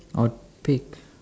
I would pick